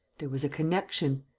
there was a connection.